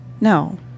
No